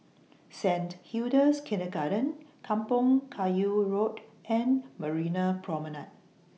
Saint Hilda's Kindergarten Kampong Kayu Road and Marina Promenade